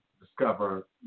discover